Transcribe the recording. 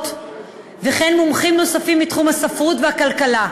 וכן מומחים נוספים מתחום הספרות והכלכלה.